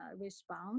respond